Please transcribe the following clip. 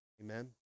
Amen